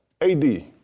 AD